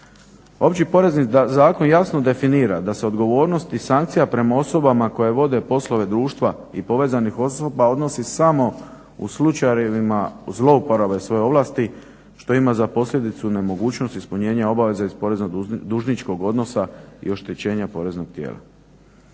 Opći porezni zakon jasno definira da se odgovornost i sankcija prema osobama koje vode poslove društva i povezanih osoba odnosi samo u slučajevima zlouporabe svoje ovlasti što ima za posljedicu nemogućnost ispunjenja obaveza iz porezno-dužničkog odnosa i oštećenja poreznog tijela.